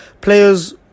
Players